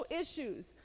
issues